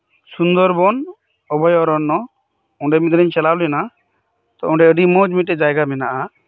ᱥᱩᱱᱫᱚᱨ ᱵᱚᱱ ᱚᱵᱷᱚᱭ ᱚᱨᱚᱱᱱᱚ ᱚᱸᱰᱮ ᱢᱤᱫᱽᱫᱷᱟᱣᱤᱧ ᱪᱟᱞᱟᱣ ᱞᱮᱱᱟ ᱛᱚ ᱚᱸᱰᱮ ᱟᱹᱰᱤ ᱢᱚᱸᱡᱽ ᱢᱤᱫᱴᱮᱱ ᱡᱟᱭᱜᱟ ᱢᱮᱱᱟᱜ ᱟ